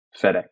FedEx